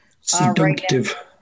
Seductive